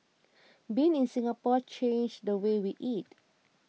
being in Singapore changed the way we eat